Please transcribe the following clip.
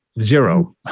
zero